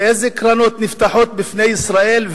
ואיזה קרנות נפתחות בפני ישראל,